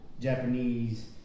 Japanese